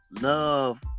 love